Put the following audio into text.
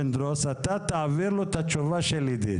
ח"כ פינדרוס אתה תעביר לו את התשובה של אידית.